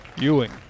Ewing